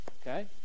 Okay